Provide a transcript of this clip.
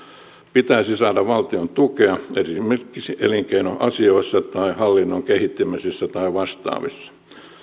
pitäisi saada valtion tukea esimerkiksi elinkeinoasioissa tai hallinnon kehittämisessä tai vastaavissa